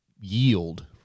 yield